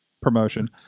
promotion